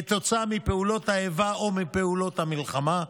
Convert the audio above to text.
כתוצאה מפעולות האיבה או מפעולות המלחמה,